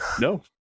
no